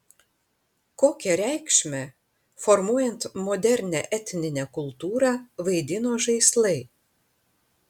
kokią reikšmę formuojant modernią etninę kultūrą vaidino žaislai